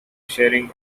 sharing